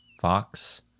Fox